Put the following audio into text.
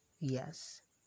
Yes